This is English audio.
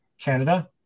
Canada